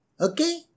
Okay